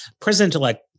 President-elect